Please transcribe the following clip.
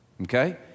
okay